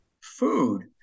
food